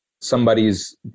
somebody's